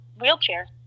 wheelchair